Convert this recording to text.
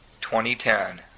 2010